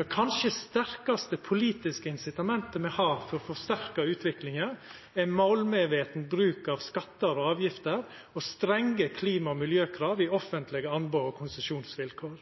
Det kanskje sterkaste politiske incitamentet me har for å forsterka utviklinga, er målmedveten bruk av skattar og avgifter og strenge klima- og miljøkrav i offentlege anbod og konsesjonsvilkår.